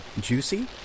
juicy